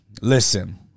listen